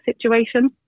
situation